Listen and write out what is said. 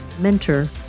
mentor